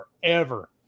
forever